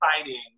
fighting